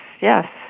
yes